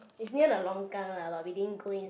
it's near the longkang lah but we didn't go inside